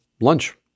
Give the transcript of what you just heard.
lunch